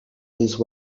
these